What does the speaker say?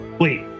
Wait